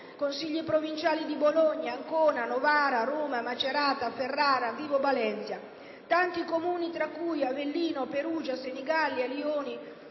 Consigli provinciali di Bologna, Ancona, Novara, Roma, Macerata, Ferrara e Vibo Valentia e tanti Consigli comunali, tra cui Avellino, Perugia, Senigallia, Lioni,